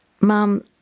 Mom